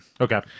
Okay